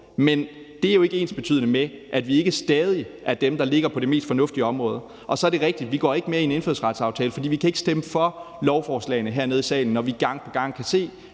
Men det er jo ikke ensbetydende med, at vi ikke stadig er dem, der ligger på det mest fornuftige område. Så er det rigigt, at vi ikke går med i en indfødsretsaftale, for vi kan ikke stemme for lovforslagene hernede i salen, når vi gang på gang kan se,